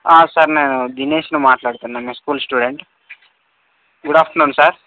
sir నేను దినేష్ని మాట్లాడుతున్నాను మీ school student good afternoon sir